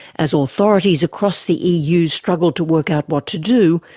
as authorities across the eu struggled to work out what to do,